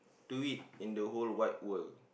to eat in the whole wide world